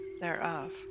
thereof